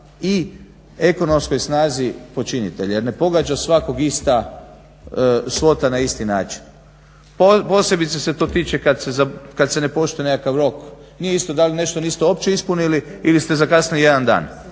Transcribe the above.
i ekonomskoj snazi počinitelja. Jer ne pogađa svakog ista svota na isti način. Posebice se to tiče kad se ne poštuje nekakav rok. Nije isto da li nešto niste uopće ispunili ili ste zakasnili jedan dan,